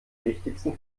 wichtigsten